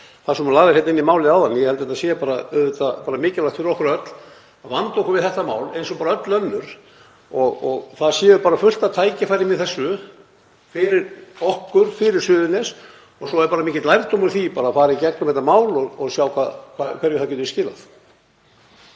það sem þú lagðir hér inn í málið áðan. Ég held að það sé mikilvægt fyrir okkur öll að vanda okkur við þetta mál eins og öll önnur og að það sé bara fullt af tækifærum í þessu fyrir okkur, fyrir Suðurnes og svo er mikill lærdómur í því að fara í gegnum þetta mál og sjá hverju það getur skilað.